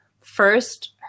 First